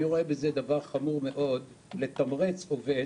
אני רואה בזה דבר חמור מאוד לתמרץ עובד